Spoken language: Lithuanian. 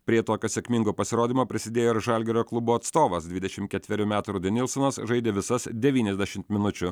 prie tokio sėkmingo pasirodymo prisidėjo ir žalgirio klubo atstovas dvidešimt ketverių metų rudi nilsonas žaidė visas devyniasdešimt minučių